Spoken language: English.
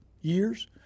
years